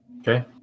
Okay